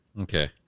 okay